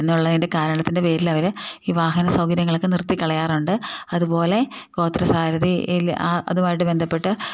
എന്നുള്ളതിൻ്റെ കാരണത്തിൻ്റെ പേരിൽ അവരെ ഈ വാഹന സൗകര്യങ്ങളൊക്കെ നിർത്തി കളയാറുണ്ട് അതുപോലെ ഗോത്രസാരധിയിൽ അതുമായിട്ട് ബന്ധപ്പെട്ട്